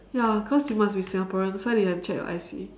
ya cause we must be singaporean that's why they have to check your I_C